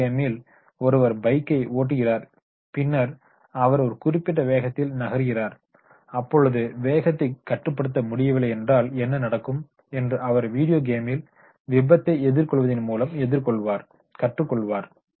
video கேமில் ஒருவர் பைக்கை ஓட்டுகிறார் பின்னர் அவர் ஒரு குறிப்பிட்ட வேகத்தில் நகர்கிறார் அப்பொழுது வேகத்தை கட்டுப்படுத்த முடியவில்லை என்றால் என்ன நடக்கும் என்று அவர் வீடியோ கேமில் விபத்தை எதிர்கொள்வதின் மூலம் கற்றுக் கொள்வார்